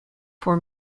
for